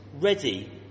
ready